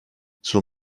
zur